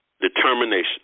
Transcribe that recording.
determination